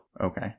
Okay